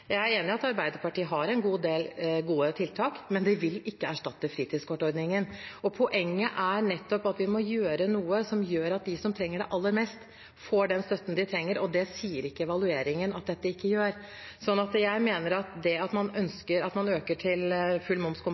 Jeg er enig i at Arbeiderpartiet har en god del gode tiltak, men det vil ikke erstatte fritidskortordningen. Poenget er at vi må gjøre noe som gjør at de som trenger det aller mest, får den støtten de trenger, og det sier ikke evalueringen at dette ikke gjør. Så jeg mener at det at man øker til full